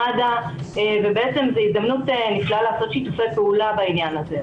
מד"א ובעצם זו הזדמנות נפלאה לעשות שיתופי פעולה בעניין הזה,